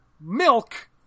milk